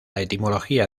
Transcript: etimología